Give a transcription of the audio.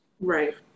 Right